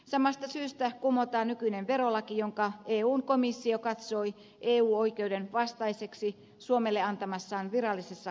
samasta syystä kumotaan nykyinen verolaki jonka eun komissio katsoi eu oikeuden vastaiseksi suomelle antamassaan virallisessa huomautuksessa